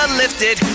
lifted